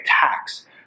tax